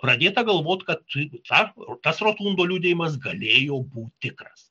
pradėta galvot kad ta tas rotundo liudijimas galėjo būti tikras